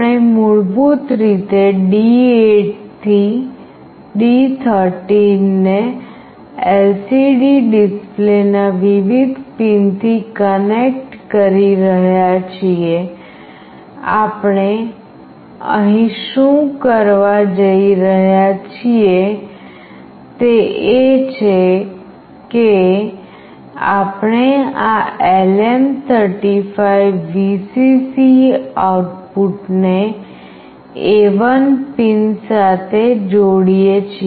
આપણે મૂળભૂત રીતે D8 થી D13 ને LCD ડિસ્પ્લેના વિવિધ પિનથી કનેક્ટ કરી રહ્યા છીએ આપણે અહીં શું કરવા જઈ રહ્યા છીએ તે એ છે કે આપણે આ LM35 Vcc આઉટપુટને A1 પિન સાથે જોડીએ છીએ